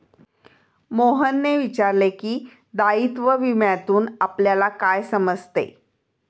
मोहनने विचारले की, दायित्व विम्यातून आपल्याला काय समजते?